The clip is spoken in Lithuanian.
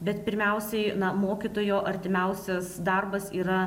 bet pirmiausiai mokytojo artimiausias darbas yra